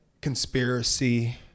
conspiracy